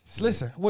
Listen